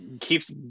keeps